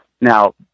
Now